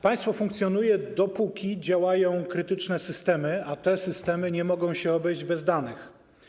Państwo funkcjonuje dopóty, dopóki działają krytyczne systemy, a te systemy nie mogą obejść się bez danych.